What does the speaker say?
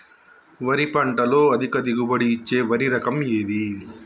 వరి పంట లో అధిక దిగుబడి ఇచ్చే వరి రకం ఏది?